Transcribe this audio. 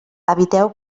eviteu